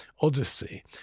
Odyssey